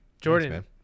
Jordan